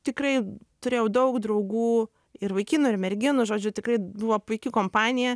tikrai turėjau daug draugų ir vaikinų ir merginų žodžiu tikrai buvo puiki kompanija